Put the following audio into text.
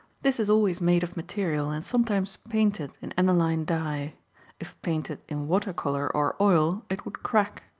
this is always made of material and sometimes painted in aniline dye if painted in water color or oil it would crack.